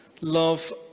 love